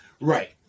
Right